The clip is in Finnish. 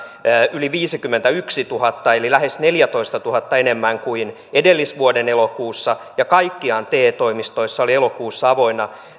yli viisikymmentätuhatta eli lähes neljäntoistatuhannen enemmän kuin edellisvuoden elokuussa ja kaikkiaan te toimistoissa oli elokuussa avoinna